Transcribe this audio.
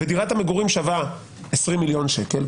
ודירת המגורים שווה 20 מיליון שקל,